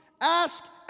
Ask